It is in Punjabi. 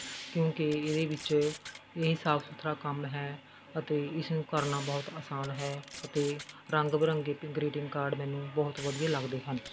ਕਿਉਂਕਿ ਇਹਦੇ ਵਿੱਚ ਇਹ ਸਾਫ਼ ਸੁਥਰਾ ਕੰਮ ਹੈ ਅਤੇ ਇਸਨੂੰ ਕਰਨਾ ਬਹੁਤ ਅਸਾਨ ਹੈ ਅਤੇ ਰੰਗ ਬਰੰਗੇ ਗਰੀਟਿੰਗ ਕਾਰਡ ਮੈਨੂੰ ਬਹੁਤ ਵਧੀਆ ਲੱਗਦੇ ਹਨ